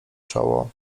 czoło